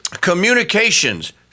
Communications